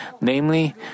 namely